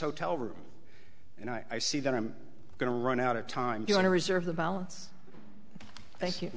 hotel room and i see that i'm going to run out of time you want to reserve the balance thank you